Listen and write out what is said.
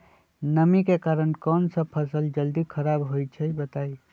नमी के कारन कौन स फसल जल्दी खराब होई छई बताई?